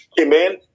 amen